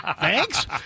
thanks